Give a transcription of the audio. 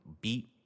beat